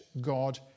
God